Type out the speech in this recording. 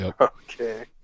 Okay